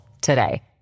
today